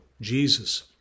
Jesus